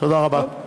תודה רבה.